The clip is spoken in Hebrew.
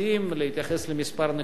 להתייחס לכמה נקודות.